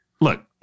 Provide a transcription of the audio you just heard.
look